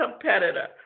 competitor